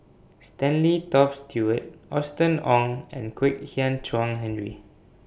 Stanley Toft Stewart Austen Ong and Kwek Hian Chuan Henry